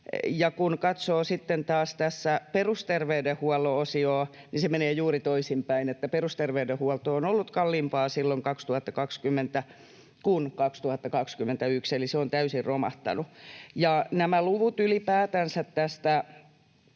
taas tässä perusterveydenhuollon osiota, niin se menee juuri toisinpäin, perusterveydenhuolto on ollut kalliimpaa silloin 2020 kuin 2021, se on täysin romahtanut. Ja nämä luvut ylipäätänsä tästä,